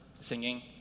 singing